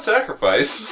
Sacrifice